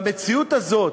והמציאות הזאת,